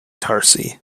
tarsi